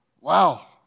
Wow